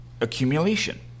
accumulation